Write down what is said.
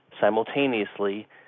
simultaneously